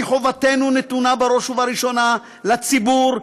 כי חובתנו נתונה בראש ובראשונה לציבור,